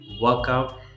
workout